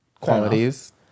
Qualities